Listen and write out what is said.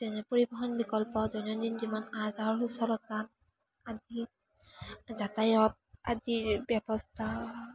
যেনে পৰিবহন বিকল্প দৈনন্দিন যিমান আহ যাহৰো সুচলতা আদি যাতায়াত আদিৰ ব্যৱস্থা